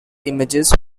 images